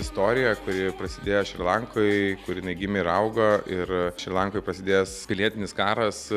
istorija kuri prasidėjo šri lankoj kur jinai gimė ir augo ir šri lankoj prasidėjęs pilietinis karas